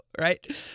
right